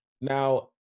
Now